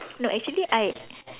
no actually I